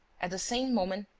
at the same moment,